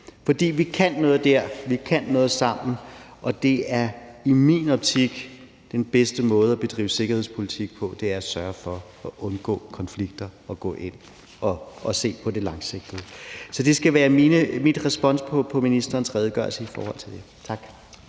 For vi kan noget der, vi kan noget sammen, og det er i min optik den bedste måde at bedrive sikkerhedspolitik på: at sørge for at undgå konflikter og gå ind og se på det langsigtede. Så det skal være min respons på ministerens redegørelse. Tak.